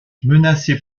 menacé